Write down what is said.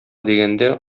дигәндә